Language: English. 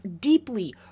deeply